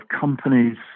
companies